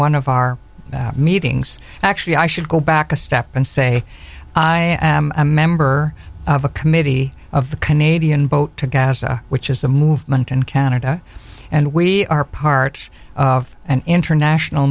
one of our meetings actually i should go back a step and say i am a member of a committee of the canadian boat gasa which is a movement in canada and we are part of an international